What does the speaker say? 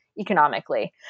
economically